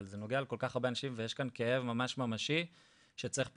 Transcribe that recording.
אבל זה נוגע לכל כך הרבה אנשים ויש כאן כאב כל כך ממשי שצריך פתרון.